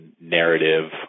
narrative